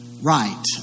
Right